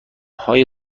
های